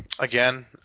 Again